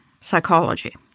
psychology